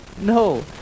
No